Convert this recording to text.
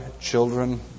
children